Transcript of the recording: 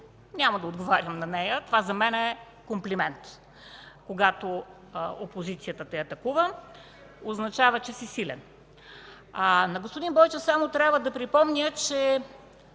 Няма да отговарям на нея, това за мен е комплимент. Когато опозицията те атакува, означава, че си силен. На господин Бойчев само трябва да припомня